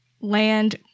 land